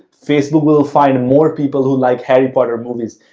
facebook will find more people who like harry potter movies.